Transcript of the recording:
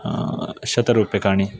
शतरुप्यकाणि